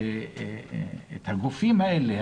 את הגופים האלה,